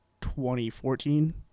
2014